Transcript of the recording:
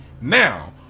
now